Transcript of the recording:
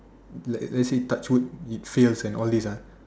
like like let's say touch wood it fails and all this ah